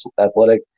Athletic